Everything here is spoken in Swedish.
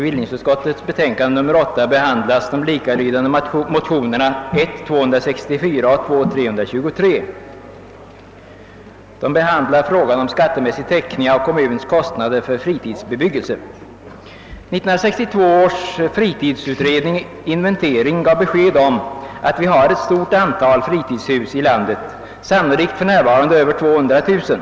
Herr talman! Bevillningsutskottets En inventering utförd av 1962 års fritidsutredning gav besked om att vi har ett stort antal fritidshus i landet. Antalet uppgår sannolikt i dag till över 200 000.